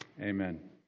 Amen